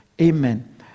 Amen